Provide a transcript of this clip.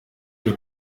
iri